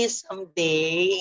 someday